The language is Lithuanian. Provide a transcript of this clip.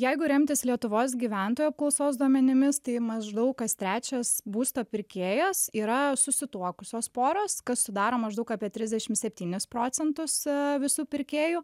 jeigu remtis lietuvos gyventojų apklausos duomenimis tai maždaug kas trečias būsto pirkėjas yra susituokusios poros kas sudaro maždaug apie trisdešim septynis procentus visų pirkėjų